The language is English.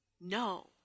No